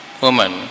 woman